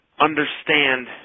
understand